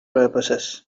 purposes